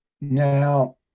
Now